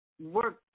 work